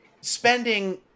spending